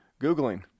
Googling